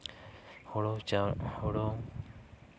ᱦᱳᱲᱳ ᱪᱟ ᱦᱳᱲᱳ